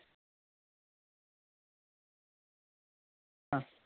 हा